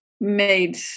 made